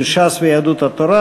של ש"ס ויהדות התורה.